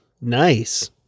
Nice